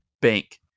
bank